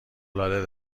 العاده